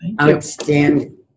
outstanding